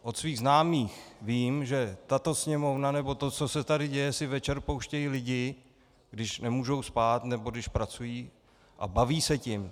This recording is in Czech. Od svých známých vím, že tato Sněmovna, nebo to, co se tady děje, si večer pouštějí lidi, když nemůžou spát nebo když pracují, a baví se tím.